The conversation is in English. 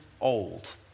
old